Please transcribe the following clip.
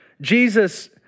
Jesus